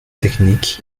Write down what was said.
technique